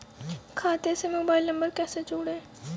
खाते से mobile number कैसे जोड़ें?